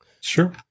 sure